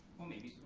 well maybe,